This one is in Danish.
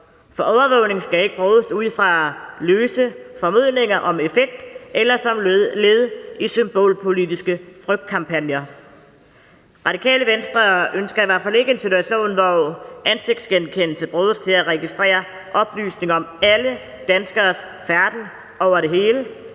For overvågning skal ikke bruges ud fra løse formodninger om effekt eller som led i symbolpolitiske frygtkampagner. Radikale Venstre ønsker i hvert fald ikke en situation, hvor ansigtsgenkendelse bruges til at registrere oplysninger om alle danskeres færden over det hele.